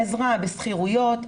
עזרה בשכירויות,